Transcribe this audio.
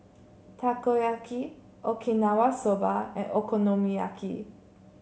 Takoyaki Okinawa Soba and Okonomiyaki